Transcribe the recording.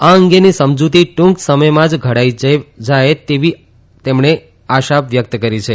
આ અંગેની સમજૂતી ટ્રૂંક સમયમાં જ ઘડાઈ જેવી તેવી તેમણે આશા પણ વ્યક્ત કરી છે